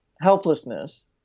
helplessness